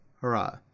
hurrah